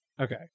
okay